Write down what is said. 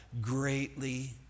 greatly